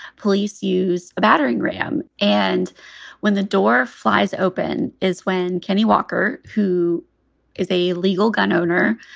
police use a battering ram. and when the door flies open is when kenny walker, who is a legal gun owner,